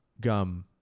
gum